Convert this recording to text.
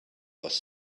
was